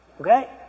Okay